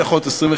זה יכול להיות 25,